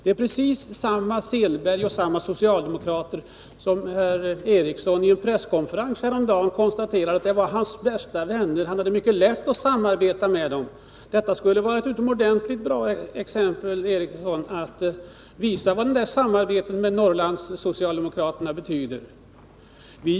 Det är precis samma Åke Selberg och samma socialdemokrater som herr Eriksson vid en presskonferens häromdagen kallade sina bästa vänner. Han hade mycket lätt att samarbeta med dem, sade han. Det här skulle vara ett utomordentligt bra tillfälle att visa vad samarbetet med de norrländska socialdemokraterna betyder.